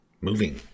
moving